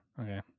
Okay